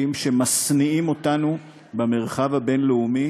חוקים שמשניאים אותנו במרחב הבין-לאומי